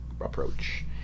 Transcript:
approach